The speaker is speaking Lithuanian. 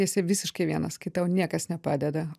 esi visiškai vienas kai tau niekas nepadeda